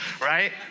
right